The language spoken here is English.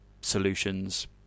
solutions